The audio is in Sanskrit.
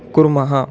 कुर्मः